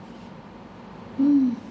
mm